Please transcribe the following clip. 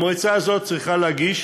המועצה הזאת צריכה להגיש